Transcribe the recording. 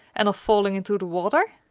and of falling into the water!